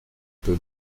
peu